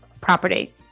property